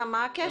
מה הקשר?